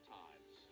times